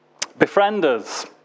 Befrienders